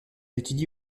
étudie